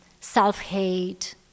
self-hate